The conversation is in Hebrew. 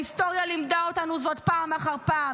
ההיסטוריה לימדה אותנו זאת פעם אחר פעם.